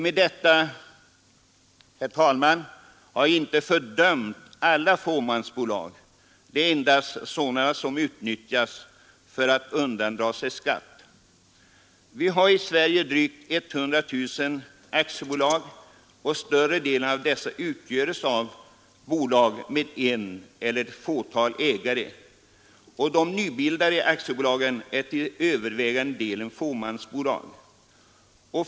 Med detta, herr talman, har jag inte fördömt alla fåmansbolag; endast sådana som utnyttjas för att undandra sig skatt. Vi har i Sverige drygt 100 000 aktiebolag. Större delen av dessa utgöres av bolag med en eller ett fåtal ägare. De nybildade aktiebolagen är till övervägande delen fåmansbolag.